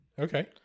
Okay